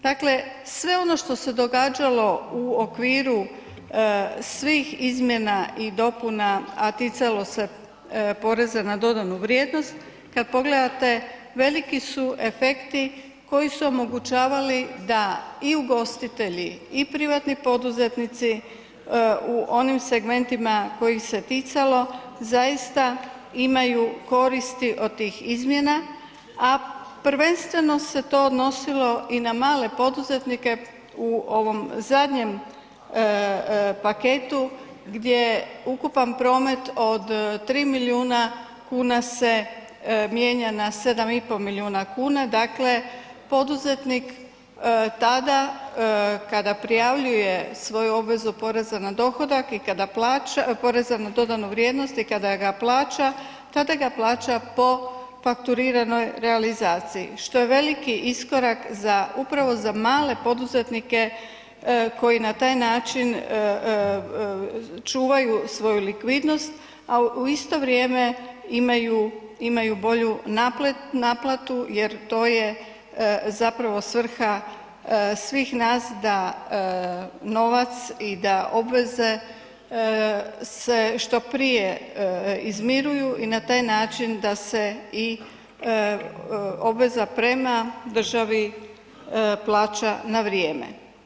Dakle, sve ono što se događalo u okviru svih izmjena i dopuna, a ticalo se poreza na dodanu vrijednost, kad pogledate, veliki su efekti koji su omogućavali da i ugostitelji i privatni poduzetnici u onim segmentima kojih se ticalo zaista imaju koristi od tih izmjena, a prvenstveno se to odnosilo i na male poduzetnike u ovom zadnjem paketu, gdje ukupan promet od 3 milijuna kuna se mijenja na 7,5 milijuna kuna, dakle poduzetnik tada kada prijavljuje svoju obvezu poreza na dohodak i kada plaća, PDV, i kada ga plaća, tada ga plaća po fakturiranoj realizaciji, što je veliki iskorak za upravo za male poduzetnike koji na taj način čuvaju svoju likvidnost, a u isto vrijeme imaju bolju naplatu jer to je zapravo svrha svih nas da novac i da obveze se što prije izmiruju i na taj način da se i obveza prema državi plaća na vrijeme.